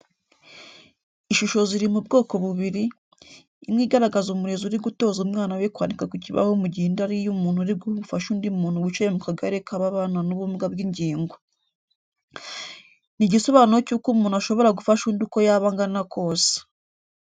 Ishusho ziri mu bwoko bubiri, imwe igaragaza umurezi uri gutoza umwana we kwandika ku kibaho mu gihe indi ari iy'umuntu uri guha ubufasha undi muntu wicaye mu kagare k'ababana n'ubumuga bw'ingingo. Ni igisobanuro cy'uko umuntu ashobora gufasha undi uko yaba angana kose.